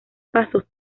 pasos